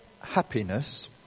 happiness